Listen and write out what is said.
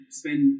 spend